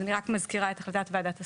אני רק מזכירה את החלטת ועדת השרים.